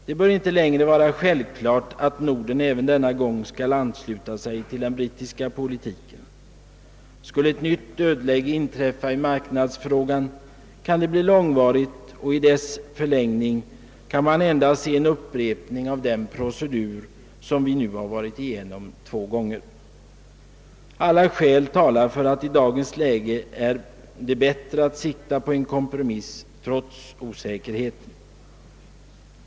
Det bör inte längre vara självklart att Norden även denna gång skall ansluta sig till den brittiska politiken. Skulle ett nytt dödläge inträffa i marknadsfrågan kan detta bli långvarigt och i dess förlängning kan man endast se en upprepning av den procedur som vi nu varit igenom två gånger. Alla skäl talar för att det i dagens läge är bättre att sikta på en kompromiss trots osäkerheten.